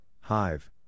Hive